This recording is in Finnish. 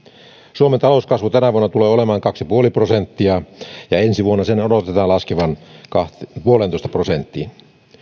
suomen talouskasvu tänä vuonna tulee olemaan kaksi pilkku viisi prosenttia ja ensi vuonna sen odotetaan laskevan yhteen pilkku viiteen prosenttiin